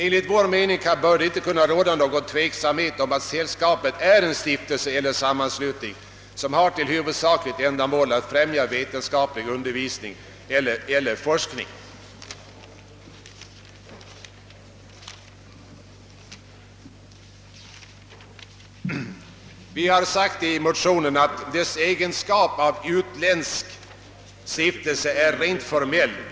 Enligt vår mening bör det inte kunna råda något tvivel om att »sällskapet är en stiftelse eller sammanslutning, som har till huvudsakligt ändamål att främja vetenskaplig undervisning eller forskning». Vi har i motionen framhållit att dess egenskap av utländsk stiftelse är rent formell.